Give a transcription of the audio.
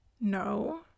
No